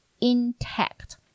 intact